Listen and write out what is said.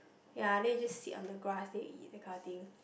ya then you just sit on the grass and eat that kind of thing